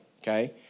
Okay